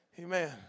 Amen